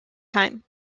time